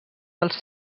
dels